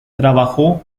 trabajó